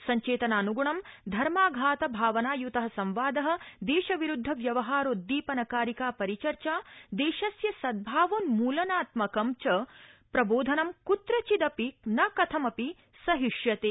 सब्चेतनानगणं धर्माघात भावयुत संवाद देश विरूद्ध व्यवहारोद्दीपन कारिका परिचर्चा देशस्य सन्द्रावोन्मूलनात्मकं च प्रबोधनं क्त्रचिदपि न कथमपि सहिष्यते इति